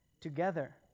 together